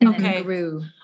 Okay